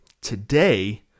today